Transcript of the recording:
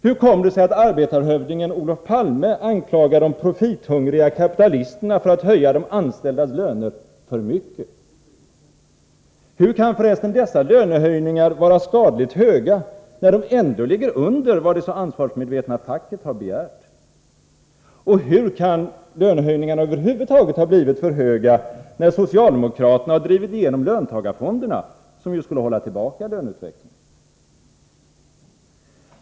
Hur kommer det sig att arbetarhövdingen Olof Palme anklagade de profithungriga kapitalisterna för att höja de anställdas löner för mycket? Hur kan för resten dessa lönehöjningar vara skadligt höga när de ändå ligger under vad det så ansvarsmedvetna facket har begärt? Hur kan lönehöjningarna över huvud taget ha blivit för höga när socialdemokraterna har drivit igenom löntagarfonderna, som skulle hålla tillbaka löneutvecklingen?